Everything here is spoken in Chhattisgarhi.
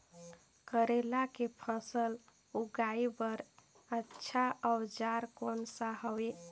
करेला के फसल उगाई बार अच्छा औजार कोन सा हवे?